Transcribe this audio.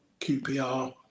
QPR